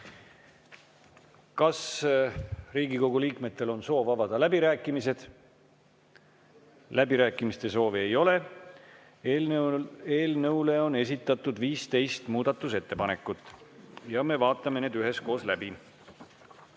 Kas Riigikogu liikmetel on soov avada läbirääkimised? Läbirääkimiste soovi ei ole. Eelnõu kohta on esitatud 15 muudatusettepanekut ja me vaatame need üheskoos läbi.